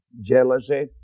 jealousy